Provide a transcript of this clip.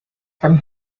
from